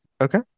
Okay